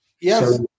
Yes